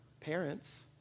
parents